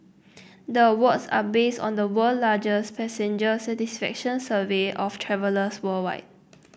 the awards are based on the world largest passenger satisfaction survey of travellers worldwide